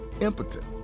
impotent